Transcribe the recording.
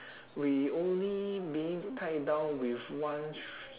we only meaning to tie it down with one str~